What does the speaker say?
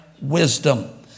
wisdom